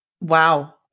Wow